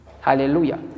Hallelujah